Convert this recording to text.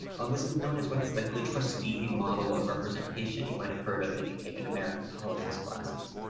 on this is known as what's the trustee model of representation. you might have heard of, if you take an american politics classes,